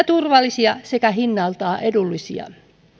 turvallisia sekä hinnaltaan edullisia